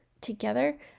together